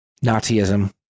Nazism